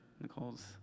Nicole's